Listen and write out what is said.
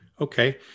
Okay